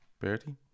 Bertie